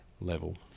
level